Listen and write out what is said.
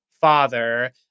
father